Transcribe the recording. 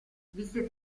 visse